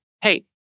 hey